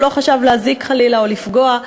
הוא לא חשב להזיק חלילה או לפגוע.